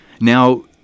Now